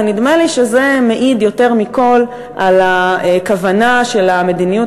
ונדמה לי שזה מעיד יותר מכול על הכוונה של המדיניות